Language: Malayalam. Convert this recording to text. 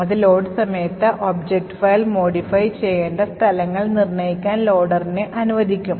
അത് ലോഡ് സമയത്ത് ഒബ്ജക്റ്റ് ഫയൽ modify ചെയ്യേണ്ട സ്ഥലങ്ങൾ നിർണ്ണയിക്കാൻ ലോഡറിനെ അനുവദിക്കും